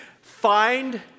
find